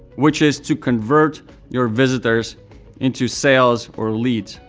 which is to convert your visitors into sales or leads.